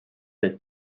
the